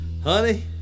Honey